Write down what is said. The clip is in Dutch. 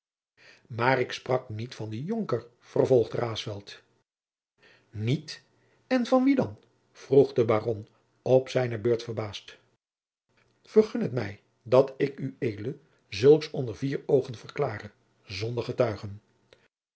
maar ik sprak niet van den jonker vervolgde raesfelt niet en van wien dan vroeg de baron op zijne beurt verbaasd vergun mij dat ik ued zulks onder vier oogen verklare zonder getuigen